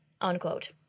unquote